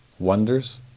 Wonders